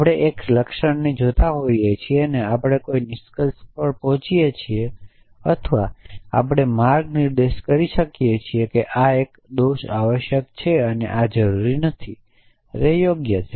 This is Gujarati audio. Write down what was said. આપણે એક લક્ષણને જોતા હોઈએ છીએ અને આપણે કોઈ નિષ્કર્ષ પર પહોંચીએ છીએ અથવા આપણે માર્ગ નિર્દેશ કરી શકીએ છીએ કે આ એક દોષ આવશ્યક છે અને આ જરૂરી નથી કે તે યોગ્ય છે